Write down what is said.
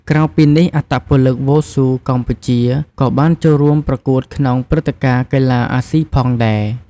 ក្រៅពីនេះអត្តពលិកវ៉ូស៊ូកម្ពុជាក៏បានចូលរួមប្រកួតក្នុងព្រឹត្តិការណ៍កីឡាអាស៊ីផងដែរ។